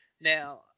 now